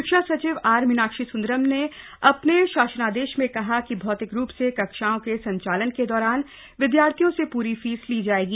शिक्षा सचिव आर मीनाक्षी सुंदरम ने अपने शासनादेश में कहा है कि औतिक रूप से कक्षाओं के संचालन के दौरान विद्यार्थियों से पूरी फीस ली जाएगी